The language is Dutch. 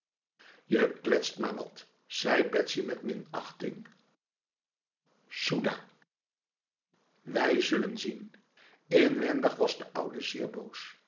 jij kletst maar wat zei betsy met minachting soedah wij zullen zien inwendig was de oude zeer boos